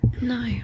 No